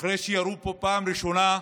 אחרי שירו בו פעם ראשונה,